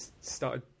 started